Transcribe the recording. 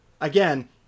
again